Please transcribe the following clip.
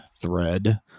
thread